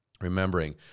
remembering